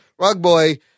Rugboy